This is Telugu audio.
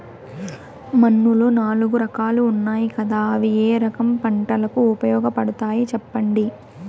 మన్నులో నాలుగు రకాలు ఉన్నాయి కదా అవి ఏ రకం పంటలకు ఉపయోగపడతాయి చెప్పండి?